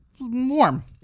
Warm